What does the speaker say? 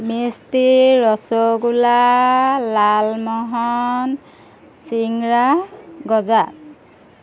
মিষ্টি ৰসগোল্লা লালমোহন চিংৰা গজা